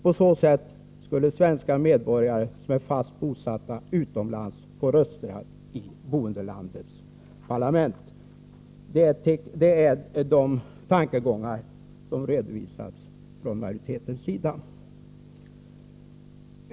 På så sätt skulle svenska medborgare som är fast bosatta utomlands få rösträtt till boendelandets parlament. Det är de tankegångar som majoriteten har anfört.